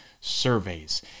surveys